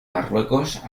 marruecos